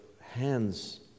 hands